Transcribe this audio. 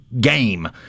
game